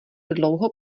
dlouho